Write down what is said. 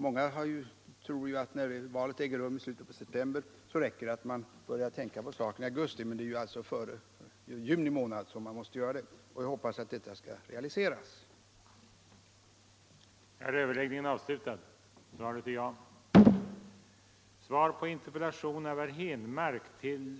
Många tror att när valet äger rum i slutet av september räcker det med att börja tänka på saken i augusti, men det är i juni man måste göra det. Jag hoppas att denna förbättrade information